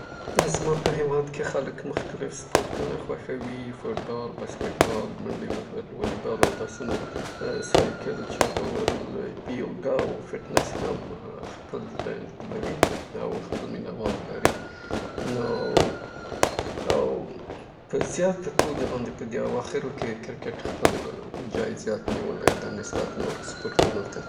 په متحده ایالاتو کې خلک مختلف سپورتونه نه خوند اخلي په شمول د لامبو وهل، د بایسکل چلولو سپورتونه، هغه سپورتونه چې د کمپ په شکل ترسره کیږي لکه فوټبال، بس بال. معمولاً په یوه ټولنه کې خلک پکې لوبیږي.